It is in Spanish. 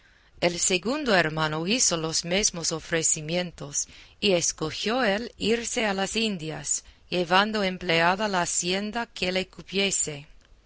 el segundo hermano hizo los mesmos ofrecimientos y escogió el irse a las indias llevando empleada la hacienda que le cupiese el